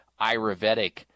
Ayurvedic